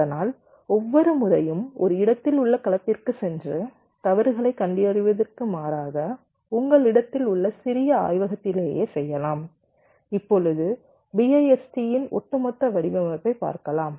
அதனால் ஒவ்வொரு முறையும் ஒரு இடத்தில் உள்ள களத்திற்கு சென்று தவறுகளை கண்டறிவதற்கு மாறாக உங்களிடத்தில் உள்ள சிறிய ஆய்வகத்திலேயே செய்யலாம் இப்பொழுது BIST இன் ஒட்டுமொத்த வடிவமைப்பை பார்க்கலாம்